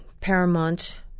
paramount